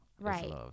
Right